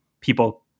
people